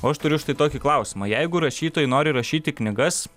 o aš turiu štai tokį klausimą jeigu rašytojai nori rašyti knygas